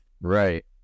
Right